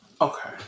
Okay